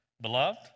Beloved